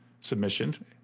submission